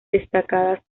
destacadas